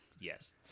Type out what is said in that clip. Yes